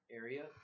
area